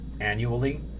annually